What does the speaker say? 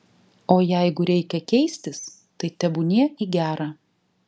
o jeigu reikia keistis tai tebūnie į gera